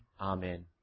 Amen